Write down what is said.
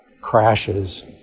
crashes